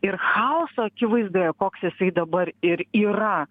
ir chaoso akivaizdoje koks jisai dabar ir yra